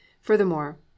Furthermore